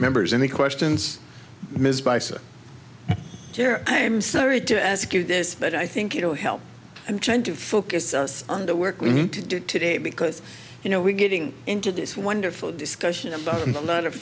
members of the questions i am sorry to ask you this but i think it'll help i'm trying to focus on the work we need to do today because you know we're getting into this wonderful discussion about a lot of